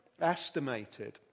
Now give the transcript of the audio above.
estimated